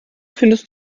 findest